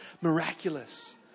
miraculous